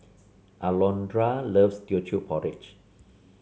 Alondra loves Teochew Porridge